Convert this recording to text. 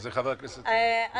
תודה.